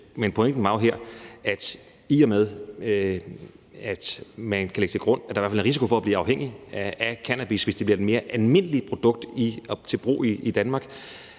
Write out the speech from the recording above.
men pointen var jo her, at i og med at man kan lægge til grund, at der i hvert fald er en risiko for at blive afhængig af cannabis, hvis det bliver et mere almindeligt produkt til brug i Danmark,